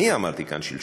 אני אמרתי כאן שלשום,